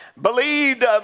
believed